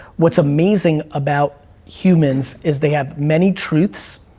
what's amazing about humans is they have many truths,